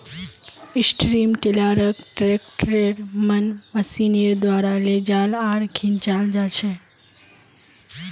strip टीलारक ट्रैक्टरेर मन मशीनेर द्वारा लेजाल आर खींचाल जाछेक